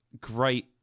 great